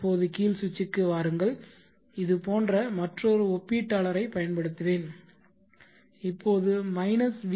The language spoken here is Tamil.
இப்போது கீழ் சுவிட்சுக்கு வாருங்கள் இது போன்ற மற்றொரு ஒப்பீட்டாளரைப் பயன்படுத்துவேன் இப்போது மைனஸ் வி